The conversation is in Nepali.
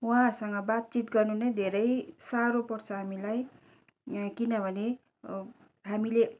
उहाँहरूसँग बातचित गर्नु नै धेरै साह्रो पर्छ हामीलाई किनभने हामीले